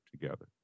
together